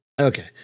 Okay